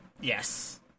Yes